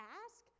ask